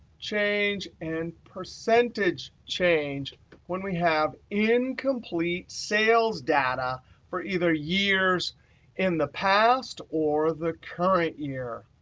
change and percentage change when we have incomplete sales data for either years in the past or the current year.